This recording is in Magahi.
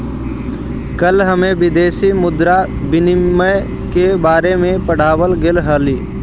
कल हमें विदेशी मुद्रा विनिमय के बारे में पढ़ावाल गेलई हल